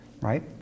right